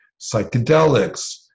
psychedelics